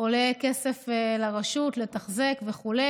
עולה כסף לרשות, לתחזק וכו'.